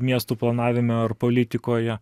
miestų planavime ar politikoje